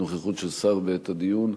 נוכחות של שר בעת הדיון,